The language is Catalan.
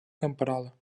camperola